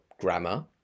grammar